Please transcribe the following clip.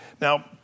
Now